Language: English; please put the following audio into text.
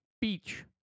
Beach